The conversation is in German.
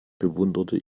bewunderte